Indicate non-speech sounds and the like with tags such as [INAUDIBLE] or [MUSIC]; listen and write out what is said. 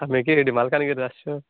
ଆମେ [UNINTELLIGIBLE] ଏଇଠି ମାଲକାନଗିରିରୁ ଆସିଛୁ